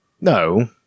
No